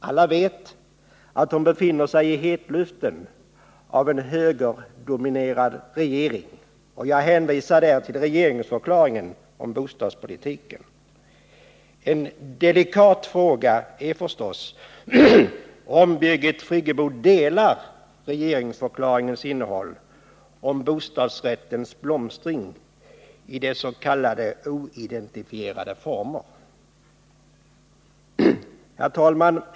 Alla vet att hon befinner sig i hetluften av en högerdominerad regering — jag hänvisar till regeringsförklaringen om bostadspolitiken. En delikat fråga är förstås om Birgit Friggebo instämmer i vad som sägs i regeringsförklaringen om bostadsrättens blomstring i dess s.k. oidentifierade former.